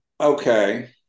Okay